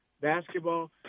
basketball